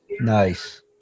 Nice